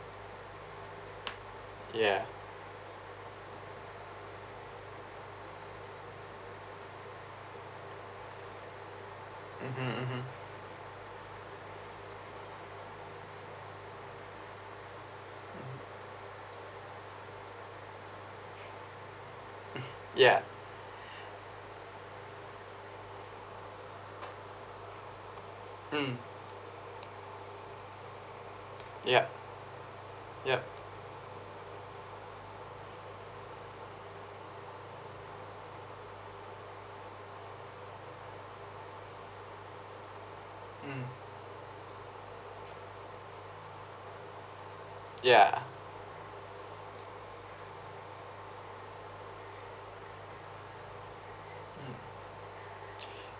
ya mmhmm mmhmm hmm ya mm ya ya mm ya mm